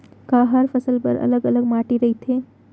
का हर फसल बर अलग अलग माटी रहिथे?